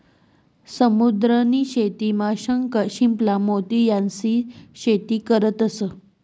समुद्र नी शेतीमा शंख, शिंपला, मोती यास्नी शेती करतंस